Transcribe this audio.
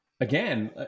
again